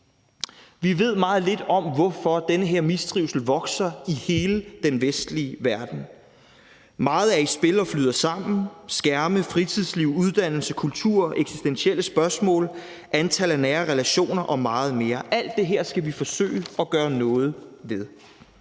Vi ved meget lidt om, hvorfor den her mistrivsel vokser i hele den vestlige verden. Meget er i spil og flyder sammen: skærme, fritidsliv, uddannelse, kultur, eksistentielle spørgsmål, antallet af nære relationer og meget mere. Alt det her skal vi forsøge at gøre noget ved.